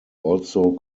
also